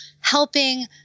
helping